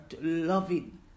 loving